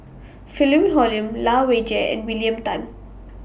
Philip Hoalim Lai Weijie and William Tan